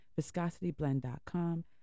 viscosityblend.com